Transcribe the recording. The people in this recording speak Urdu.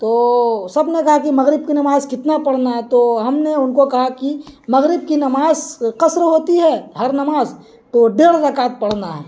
تو سب نے کہا کہ مغرب کی نماز کتنا پڑھنا ہے تو ہم نے ان کو کہا کہ مغرب کی نماز قصر ہوتی ہے ہر نماز تو ڈیڑھ رکعت پڑھنا ہے